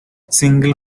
single